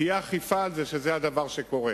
תהיה אכיפה שכך זה אכן קורה,